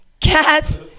Cats